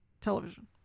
television